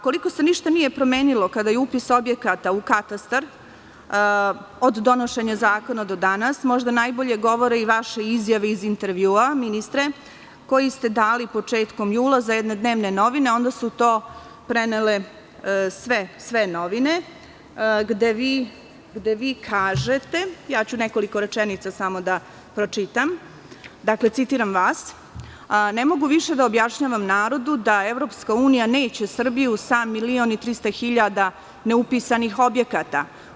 Koliko se ništa nije promenilo kada je upis objekata u Katastar od donošenja zakona do danas, možda najbolje govore i vaše izjave iz intervjua, ministre, koje ste dali početkom jula za jedne dnevne novine, a onda su to prenele sve novine, gde kažete, nekoliko rečenica ću samo da pročitam, citiram vas – ne mogu više da objašnjavam narodu da EU neće Srbiju sa milion i 300 hiljada neupisanih objekata.